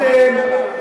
אתם,